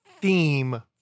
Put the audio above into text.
theme